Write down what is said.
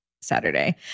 Saturday